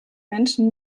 menschen